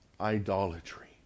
idolatry